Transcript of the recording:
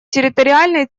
территориальной